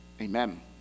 Amen